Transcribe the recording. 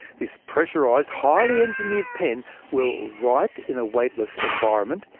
this pressurized, highly engineered pen will write in a weightless environment,